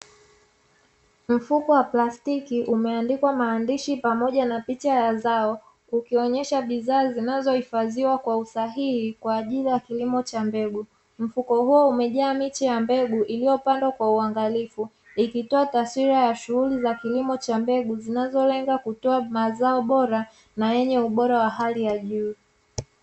Mfuko wa plastiki umeandikwa maandishi pamoja na picha ya zao ikionesha bidhaa zinazo hifadhiwa kwa usahihi kwaajili ya kilimo cha mbegu, mfuko huo umejaa miche ya mbegu iliyopandwa kwa uangalifu ikitoa taswila ya shughuli za kilimo cha mbegu zinazo weza kutoa mazao bora na yenye ubora wa hali ya juu.